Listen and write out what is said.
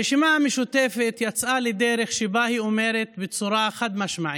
הרשימה המשותפת יצאה לדרך שבה היא אומרת בצורה חד-משמעית: